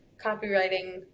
copywriting